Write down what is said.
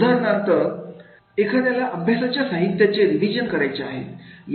उदाहरणार्थ चला अभ्यासाच्या साहित्याचे रिविजन करायचे आहे